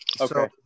Okay